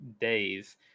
days